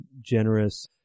generous